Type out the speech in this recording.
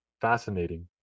Fascinating